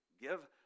give